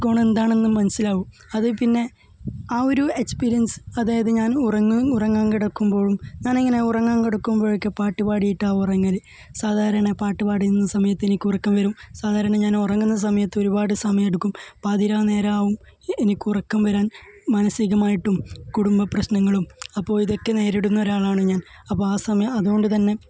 ഗുണം എന്താണെന്ന് മനസ്സിലാവൂ അതില് പിന്നെ ആ ഒരു എക്സ്പീരിയന്സ് അതായത് ഞാൻ ഉറങ്ങും ഉറങ്ങാന് കിടക്കുമ്പോഴും ഞാൻ അങ്ങനെ ഉറങ്ങാന് കിടക്കുമ്പോഴൊക്കെ പാട്ട് പാടിയിട്ടാണ് ഉറങ്ങൽ സാധാരണ പാട്ട് പാടുന്ന സമയത്ത് എനിക്ക് ഉറക്കം വരും സാധാരണ ഞാൻ ഉറങ്ങുന്ന സമയത്ത് ഒരുപാട് സമയം എടുക്കും പാതിരാനേരം ആവും എനിക്ക് ഉറക്കം വരാന് മാനസികമായിട്ടും കുടുംബ പ്രശ്നങ്ങളും അപ്പോൾ ഇതൊക്കെ നേരിടുന്ന ഒരാളാണ് ഞാന് അപ്പം ആ സമയം അതുകൊണ്ട് തന്നെ